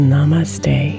Namaste